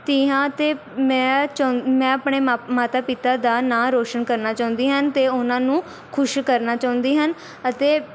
ਧੀ ਹਾਂ ਅਤੇ ਮੈਂ ਚਾਹੁੰ ਮੈਂ ਆਪਣੇ ਮਾ ਮਾਤਾ ਪਿਤਾ ਦਾ ਨਾਂ ਰੋਸ਼ਨ ਕਰਨਾ ਚਾਹੁੰਦੀ ਹਨ ਅਤੇ ਉਹਨਾਂ ਨੂੰ ਖੁਸ਼ ਕਰਨਾ ਚਾਹੁੰਦੀ ਹਨ ਅਤੇ